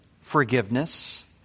forgiveness